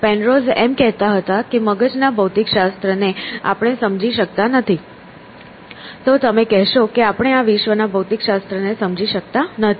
Penrose એમ કહેતા હતા કે મગજના ભૌતિકશાસ્ત્ર ને આપણે સમજી શકતા નથી તો તમે કહેશો કે આપણે આ વિશ્વના ભૌતિકશાસ્ત્રને સમજી શકતા નથી